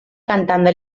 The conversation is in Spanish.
cantando